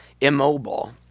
immobile